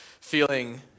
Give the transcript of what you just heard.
feeling